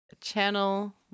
channel